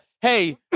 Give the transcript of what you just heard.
hey